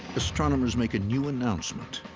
astronomers make a new announcement.